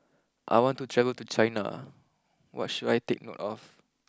I want to travel to China what should I take note of